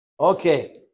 Okay